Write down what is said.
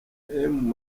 emu